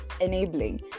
enabling